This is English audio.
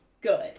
good